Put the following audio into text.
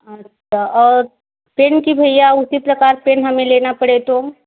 अच्छा और पेन की भैया उसी प्रकार पेन हमें लेना पड़े तो